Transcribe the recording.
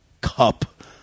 cup